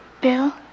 bill